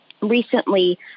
Recently